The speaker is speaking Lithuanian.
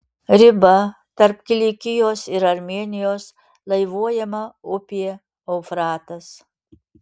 riba tarp kilikijos ir armėnijos laivuojama upė eufratas